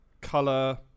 color